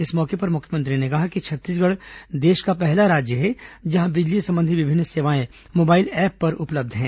इस मौके पर मुख्यमंत्री ने कहा कि छत्तीसगढ़ देश का पहला राज्य है जहां बिजली संबंधी विभिन्न सेवाएं मोबाइल ऐप पर उपलब्ध हैं